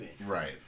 Right